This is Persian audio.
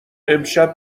امشب